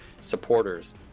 supporters